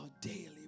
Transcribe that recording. daily